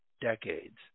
decades